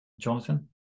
Jonathan